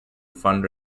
fund